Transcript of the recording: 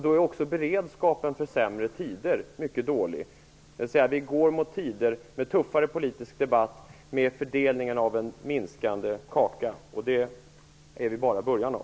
Då är också beredskapen för sämre tider mycket dålig, dvs. vi går mot tider med tuffare politisk debatt om fördelningen av en minskande kaka. Det är vi bara i början av.